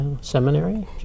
Seminary